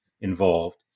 involved